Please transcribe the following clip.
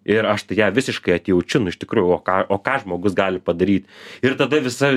ir aš tai ją visiškai atjaučiunu iš tikrųjų o ką o ką žmogus gali padaryt ir tada visa